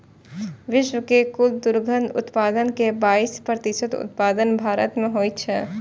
विश्व के कुल दुग्ध उत्पादन के बाइस प्रतिशत उत्पादन भारत मे होइ छै